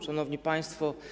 Szanowni Państwo!